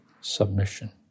submission